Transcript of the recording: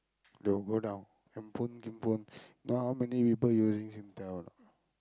they'll go down and phone phone now how many people using Singtel or not